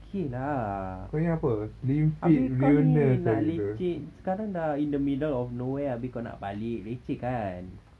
okay lah abeh kau ni nak leceh sekarang dah in the middle of nowhere abeh kau nak balik leceh kan